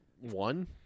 one